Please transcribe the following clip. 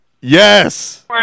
Yes